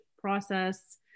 process